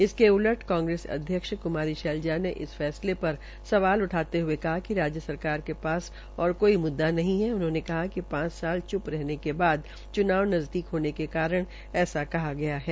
इसके उल्ट कांग्रेस अध्यक्ष क्मारी शैजला ने इस फैसले पर सवाल उठाते हये कहा कि राज्य सरकार के पा और कोई म्द्दा नहीं है उन्होंने कहा कि पांच साल च्प रहने के बाद च्नाव नज़दीक होने के कारण ऐसा कहा गया है